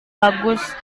bagus